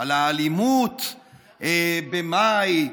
על האלימות במאי,